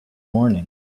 morning